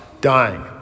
dying